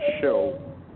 show